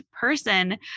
person